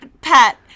Pat